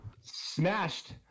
smashed